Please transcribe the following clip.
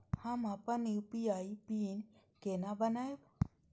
हम अपन UPI PIN केना बनैब?